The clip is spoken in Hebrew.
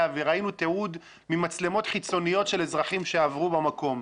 וראינו תיעוד ממצלמות חיצוניות של אזרחים שעברו במקום,